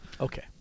Okay